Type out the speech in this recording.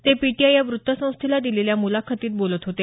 ते पीटीआय या वृतसंस्थेला दिलेल्या मुलाखतीत बोलत होते